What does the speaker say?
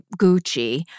Gucci